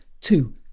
Two